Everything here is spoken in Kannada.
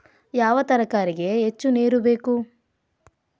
ಯಾವ ತರಕಾರಿಗೆ ಹೆಚ್ಚು ನೇರು ಬೇಕು?